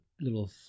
little